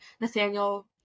Nathaniel